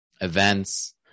events